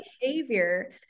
behavior